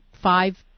five